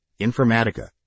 informatica